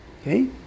Okay